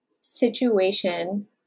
situation